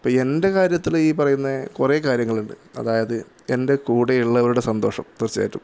ഇപ്പോൾ എന്റെ കാര്യത്തിൽ ഈ പറയുന്ന കുറെ കാര്യങ്ങളുണ്ട് അതായത് എൻ്റെ കൂടെ ഉള്ളവരുടെ സന്തോഷം തീർച്ചയായിട്ടും